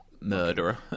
Murderer